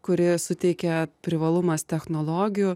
kurį suteikia privalumas technologijų